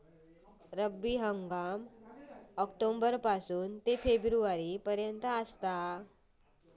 रब्बी हंगाम ऑक्टोबर पासून ते फेब्रुवारी पर्यंत आसात